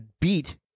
beat